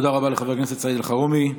תודה לחבר הכנסת סעיד אלחרומי.